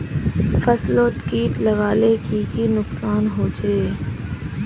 फसलोत किट लगाले की की नुकसान होचए?